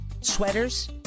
sweaters